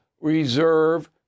reserve